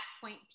point